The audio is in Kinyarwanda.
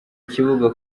kibuga